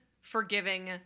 forgiving